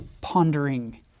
pondering